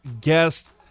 guest